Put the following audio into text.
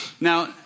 Now